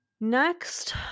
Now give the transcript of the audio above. Next